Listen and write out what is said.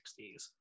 60s